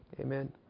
Amen